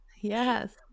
Yes